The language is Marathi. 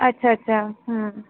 अच्छा अच्छा हं